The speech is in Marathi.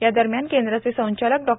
या दरम्यान केंद्राचे संचालक डॉ